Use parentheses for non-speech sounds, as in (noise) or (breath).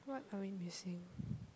what are we missing (breath)